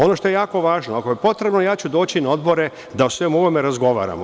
Ono što je jako važno, ako je potrebno ja ću doći na odbore da o svemu ovome razgovaramo.